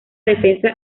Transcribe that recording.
defensa